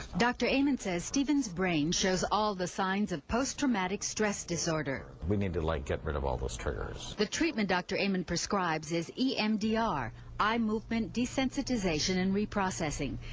dr. amond says steven's brain shows all the signs of post traumatic stress disorder. we need like to like get rid of all those triggers. the treatment dr. amond prescribes is emdr eye movement desensitization, and reprocessing.